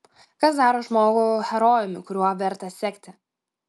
kas daro žmogų herojumi kuriuo verta sekti